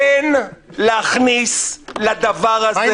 -- אין להכניס לדבר הזה -- מה עם